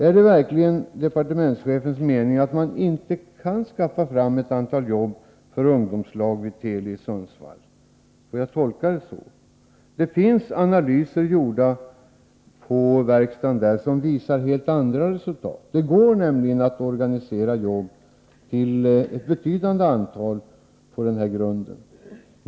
Är det verkligen departementschefens mening att man inte kan skaffa fram ett antal jobb för ungdomslag vid Teli i Sundsvall? Analyser har gjorts som visar helt andra resultat. Det går att på denna grund organisera jobb till ett betydande antal.